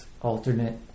alternate